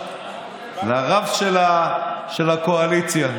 לרב של הקואליציה.